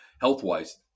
health-wise